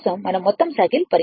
మనం మొత్తం సైకిల్ పరిగణించాలి